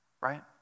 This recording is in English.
Right